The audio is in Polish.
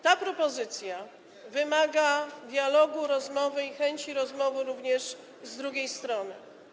Ta propozycja wymaga dialogu, rozmowy i chęci rozmowy również z drugiej strony.